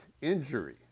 injury